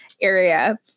area